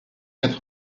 quatre